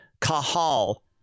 Kahal